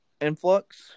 influx